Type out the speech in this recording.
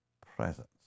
presence